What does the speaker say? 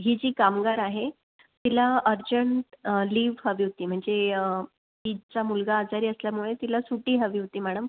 ही जी कामगार आहे तिला अर्जंट लिव्ह हवी होती म्हणजे तिचा मुलगा आजारी असल्यामुळे तिला सुट्टी हवी होती मॅडम